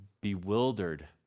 bewildered